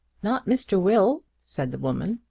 not mr. will? said the woman.